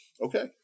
okay